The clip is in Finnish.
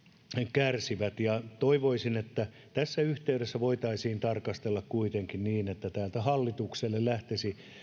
kärsivät toivoisin että tässä yhteydessä voitaisiin tätä tarkastella kuitenkin niin että täältä hallitukselle lähtisi